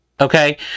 Okay